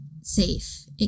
safe